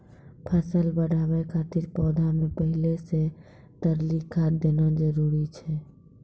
फसल बढ़ाबै खातिर पौधा मे पहिले से तरली खाद देना जरूरी छै?